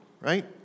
right